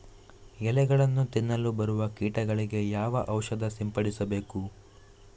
ಎಲೆಗಳನ್ನು ತಿನ್ನಲು ಬರುವ ಕೀಟಗಳಿಗೆ ಯಾವ ಔಷಧ ಸಿಂಪಡಿಸಬೇಕು?